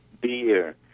beer